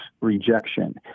rejection